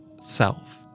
self